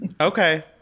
okay